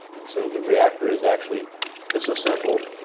and so the reactor is actually disassembled,